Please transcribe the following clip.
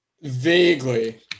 Vaguely